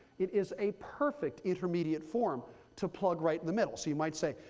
it is a perfect intermediate form to plug right in the middle. so you might say,